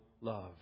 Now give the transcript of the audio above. love